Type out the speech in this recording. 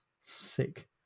sick